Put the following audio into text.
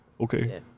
Okay